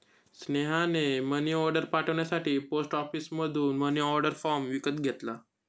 स्नेहाने मनीऑर्डर पाठवण्यासाठी पोस्ट ऑफिसमधून मनीऑर्डर फॉर्म विकत घेतला